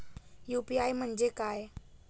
UPI म्हणजे काय?